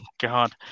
God